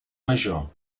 major